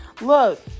look